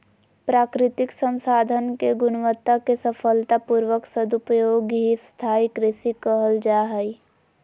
प्राकृतिक संसाधन के गुणवत्ता के सफलता पूर्वक सदुपयोग ही स्थाई कृषि कहल जा हई